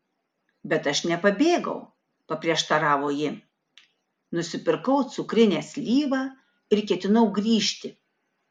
bet aš nepabėgau paprieštaravo ji nusipirkau cukrinę slyvą ir ketinau grįžti